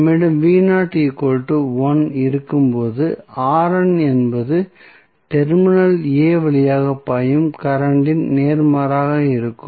நம்மிடம் இருக்கும்போது என்பது டெர்மினல் a வழியாக பாயும் கரண்ட் இன் நேர்மாறாக இருக்கும்